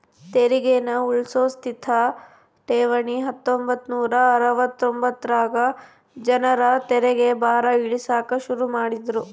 ತೆರಿಗೇನ ಉಳ್ಸೋ ಸ್ಥಿತ ಠೇವಣಿ ಹತ್ತೊಂಬತ್ ನೂರಾ ಅರವತ್ತೊಂದರಾಗ ಜನರ ತೆರಿಗೆ ಭಾರ ಇಳಿಸಾಕ ಶುರು ಮಾಡಿದ್ರು